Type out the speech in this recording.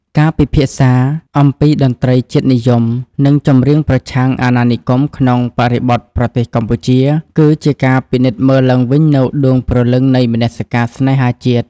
ការពិភាក្សាអំពីតន្ត្រីជាតិនិយម និងចម្រៀងប្រឆាំងអាណានិគមក្នុងបរិបទប្រទេសកម្ពុជា គឺជាការពិនិត្យមើលឡើងវិញនូវដួងព្រលឹងនៃមនសិការស្នេហាជាតិ។